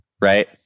right